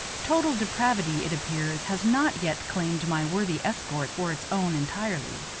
total depravity, it appears, has not yet claimed my worthy escort for its own entirely,